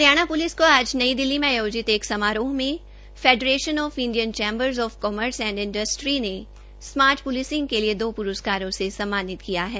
Haryana police को आज नई दिल्ली में आयोजित एक समारोह में federation of Indian chambers of commerce and industry ने दो स्मार्ट पुलिसिंग के लिए दो प्रस्कारों से सम्मानित किया है